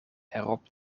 erop